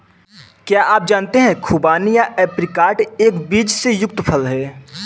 क्या आप जानते है खुबानी या ऐप्रिकॉट एक बीज से युक्त फल है?